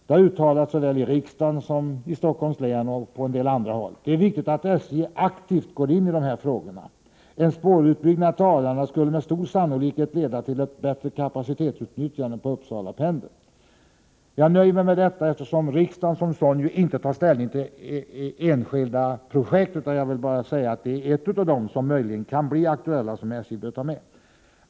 Det har uttalats såväl i riksdagen som i Stockholms län och på en del andra håll. Det är viktigt att SJ aktivt agerar i denna fråga. En spårutbyggnad till Arlanda skulle med stor sannolikhet leda till ett bättre kapacitetsutnyttjande på Uppsalapendeln. Jag nöjer mig med detta, eftersom riksdagen ju inte tar ställning till enskilda projekt. Det är emellertid ett projekt, som kan bli aktuellt och som SJ bör ta upp till prövning.